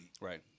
Right